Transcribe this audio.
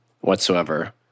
whatsoever